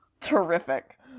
Terrific